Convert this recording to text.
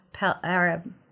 Arab